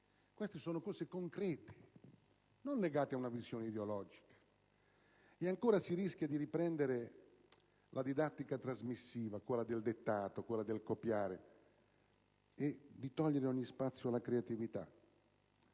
smistati. Sono problemi concreti, non legati ad una visione ideologica. Ed ancora, si rischia di riprendere la didattica trasmissiva, quella del dettato, del copiare, e di togliere ogni spazio alla creatività.